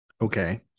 Okay